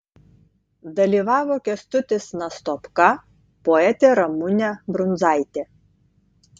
dalyvavo kęstutis nastopka poetė ramunė brundzaitė